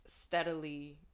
steadily